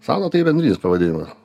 sauna tai yra neries pavadinimas